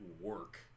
work